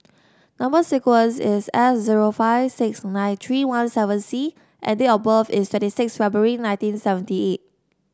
number sequence is S zero five six nine three one seven C and date of birth is twenty six February nineteen seventy eight